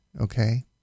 okay